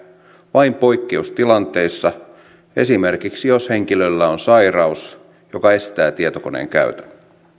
vain poikkeustilanteissa esimerkiksi jos henkilöllä on sairaus joka estää tietokoneen käytön